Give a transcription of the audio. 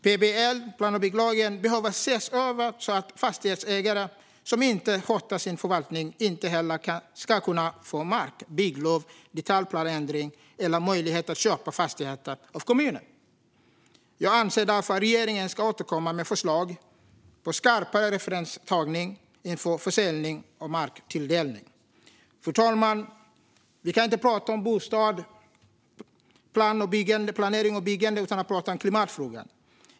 Plan och bygglagen, PBL, behöver ses över så att fastighetsägare som inte sköter sin förvaltning inte heller ska kunna få mark, bygglov, detaljplaneändring eller möjlighet att köpa fastigheter av kommunen. Jag anser därför att regeringen ska återkomma med förslag på skarpare referenstagning inför försäljning och marktilldelning. Fru talman! Vi kan inte prata om bostäder, planering och byggande utan att prata om klimatfrågan.